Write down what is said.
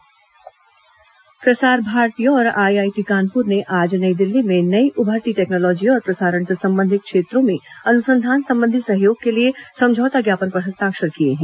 प्रसार भारती समझौता प्रसार भारती और आईआईटी कानपुर ने आज नई दिल्ली में नई उभरती टेक्नोलॉजी और प्रसारण से संबंधित क्षेत्रों में अनुसंधान संबंधी सहयोग के लिए समझौता ज्ञापन पर हस्ताक्षर किए हैं